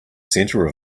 center